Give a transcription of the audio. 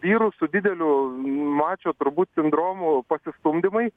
vyrų su dideliu mačo turbūt sindromu pasistumdymai